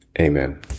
amen